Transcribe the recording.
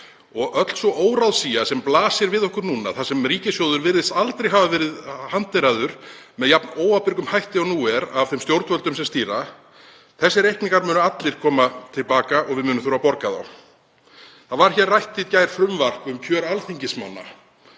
Öll sú óráðsía sem blasir við okkur núna, þar sem ríkissjóður virðist aldrei hafa verið hanteraður með jafn óábyrgum hætti og nú er af þeim stjórnvöldum sem stýra — þeir reikningar munu allir koma til baka og við munum þurfa að borga þá. Í gær var rætt hér frumvarp um kjör alþingismanna.